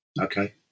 Okay